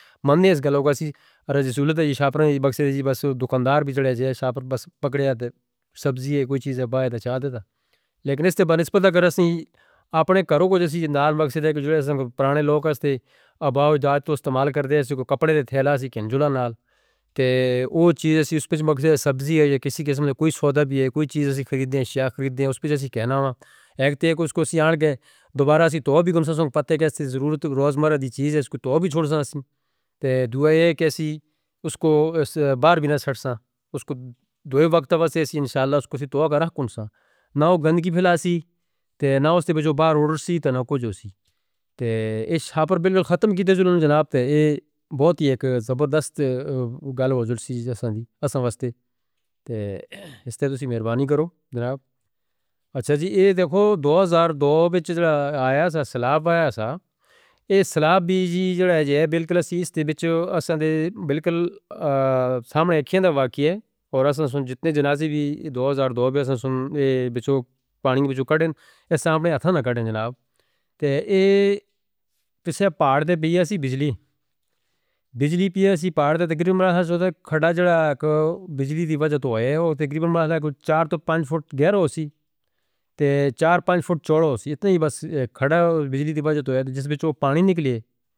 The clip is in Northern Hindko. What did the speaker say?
منہ اس گلوں گا سی ارے جسولت ہے جی شاپر نے جی بکسے نے جی بس دوکاندار بھی جڑے جایا شاپر بس پکڑے آتے سبزی ہے کوئی چیز ہے بایا تے چہاتے دا لیکن اس تے بنسبت تھا کہ اسان اپنے گھروں کو جیسے جندال مقصد ہے کہ جو پانے لوگ اس تے اباؤ جداد تو استعمال کرتے ہیں اس کو کپڑے دے تھیلہ سے کنجلا نال تے اوہ چیز اس تے اس پچ مقصد ہے سبزی ہے یا کسی قسم دے کوئی سودا بھی ہے کوئی چیز اس تے خریدیں شیعہ خریدیں اس پچ اس تے کہنا نا ایک تے اس کو اسی آنگ گئے دوبارہ اسی توہ بھی کم سے ہم کو پتے کہ اس تے ضرورت ایک روزمرہ دی چیز ہے اس کو توہ بھی چھوڑ سکتے ہیں تے دعا یہ کہ اسی اس کو بار بھی نہ چھٹ سا اس کو دوئے وقت بس اسی انشاءاللہ اس کو توہ کرا کھون سا نہ وہ گندگی پھیلا سی تے نہ اس تے پر جو بار اڑھ رہی سی تے نہ کوئی جو سی تے اس شاپر بلکل ختم کیتے جنہوں جناب تے یہ بہت یک زبردست گال ہو جڑی سی جیساں دی اساں واستے تے اس تے توسی مربانی کرو جناب۔ اچھا جی یہ دیکھو دوہزار دوہ بچھ جو آیا سا سلاب آیا سا یہ سلاب بھی جی جو ہے بلکل اسیستے بچھ اساں دے بلکل سامنے کھین دا واقعہ ہے اور اساں سن جتنے جنازے بھی دوہزار دوہ بچھ اساں سن پانی بچھو کٹیں اس سامنے آتھا نہ کٹیں جناب تے یہ پسیہ پار دے بھی اسی بجلی بجلی بھی اسی پار دے تے تقریباً مارا تھا سو دا کھڑا جو بجلی دی وجہ تو آیا وہ تقریباً مارا تھا چار تو پانچ فٹ گہرہ ہو سی تے چار پانچ فٹ چوڑا ہو سی اتنی بس کھڑا بجلی دی وجہ تو آیا جس بچو پانی نکلیے.